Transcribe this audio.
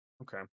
Okay